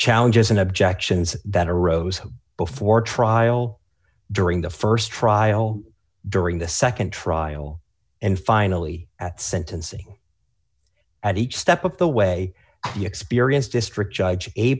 challenges and objections that arose before trial during the st trial during the nd trial and finally at sentencing at each step of the way the experienced district judge